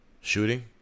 shooting